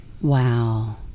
Wow